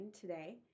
today